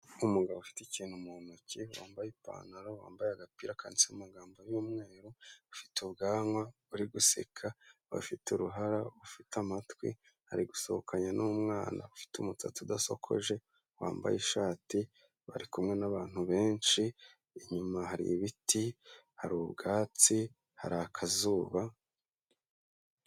Imugabo ufite ikintu mu ntoki wambaye ipantaro, wambaye agapira kandise amagambo y'umweru, ufite ubwanwa bari guseka, afite uruhara, afite amatwi, ari gusuhukanya n'umwana ufite umusatsi udasokoje, wambaye ishati, bari kumwe n'abantu benshi, inyuma hari ibiti, hari ubwatsi, hari akazuba,..